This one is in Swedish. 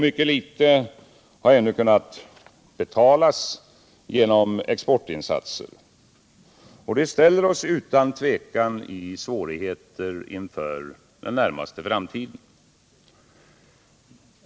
Mycket litet har ännu kunnat betalas genom exportinsatser. Det ställer oss utan tvivel i svårigheter för den närmaste framtiden.